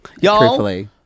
Y'all